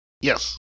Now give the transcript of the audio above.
Yes